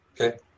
Okay